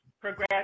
progress